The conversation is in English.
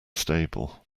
stable